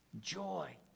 Joy